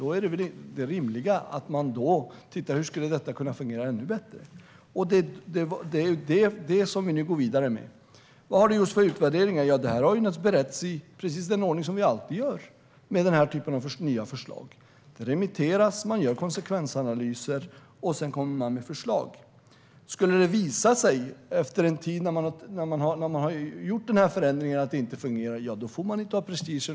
Då är det väl rimligt att titta på hur det skulle kunna fungera ännu bättre? Det är det vi går vidare med nu. Rickard Nordin undrar vilka utvärderingar som har gjorts. Det har beretts i precis den ordning som vi alltid gör med den här typen av nya förslag. De remitteras, man gör konsekvensanalyser och sedan kommer man med förslag. Om det en tid efter att förändringen har gjorts visar sig att det inte fungerar måste man slänga prestigen.